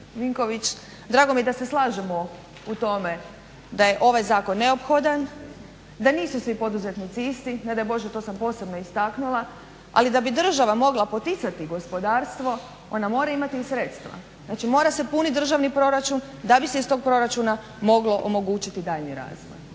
Vinković, drago mi je da se slažemo u tome da je ovaj zakon neophodan, da nisu svi poduzetnici isti. Ne daj Bože to sam posebno istaknula. Ali da bi država mogla poticati gospodarstvo ona mora imati i sredstva. Znači mora se puniti državni proračun da bi se iz tog proračuna moglo omogućiti daljnji razvoj.